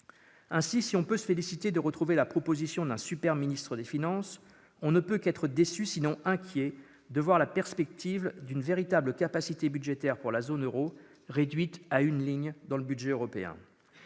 Ainsi, si l'on peut se féliciter de retrouver la proposition d'un super ministre des finances, on ne peut être que déçu, sinon inquiet, de voir la perspective d'une véritable capacité budgétaire pour la zone euro réduite à une ligne dans le budget européen.